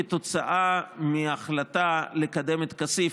כתוצאה מההחלטה לקדם את כסיף.